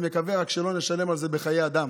אני רק מקווה שלא נשלם על זה בחיי אדם,